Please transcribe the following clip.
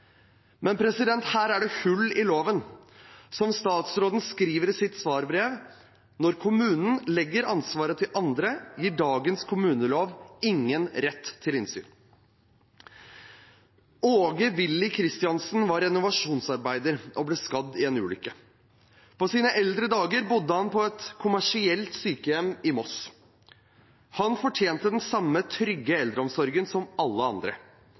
Men her er det hull i loven. Som statsråden skriver i sitt svarbrev: Når kommunene legger ansvaret til andre, gir dagens kommunelov ingen rett til innsyn. Åge Villi Kristiansen var renovasjonsarbeider og ble skadd i en ulykke. På sine eldre dager bodde han på et kommersielt sykehjem i Moss. Han fortjente den samme trygge eldreomsorgen som alle andre.